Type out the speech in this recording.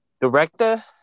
Director